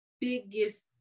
biggest